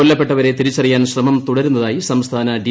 കൊല്ലപ്പെട്ടവരെ തിരിച്ചറിയാൻ ശ്രമം തുടരുന്നതായി സംസ്ഥാന ഡി